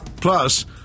Plus